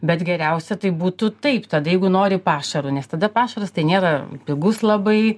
bet geriausia tai būtų taip tada jeigu nori pašaru nes tada pašaras tai nėra pigus labai